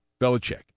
Belichick